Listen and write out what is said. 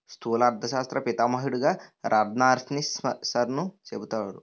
స్థూల అర్థశాస్త్ర పితామహుడుగా రగ్నార్ఫిషర్ను చెబుతారు